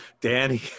Danny